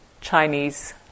chinese